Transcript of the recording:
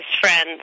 friends